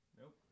Nope